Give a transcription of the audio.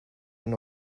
and